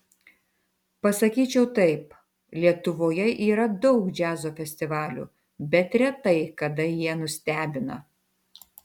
pasakyčiau taip lietuvoje yra daug džiazo festivalių bet retai kada jie nustebina